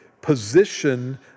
position